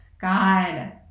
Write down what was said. God